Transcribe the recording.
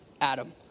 Adam